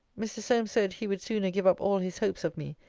mr. solmes said, he would sooner give up all his hopes of me,